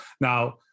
Now